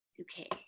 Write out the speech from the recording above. Okay